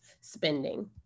spending